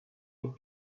would